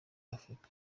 africa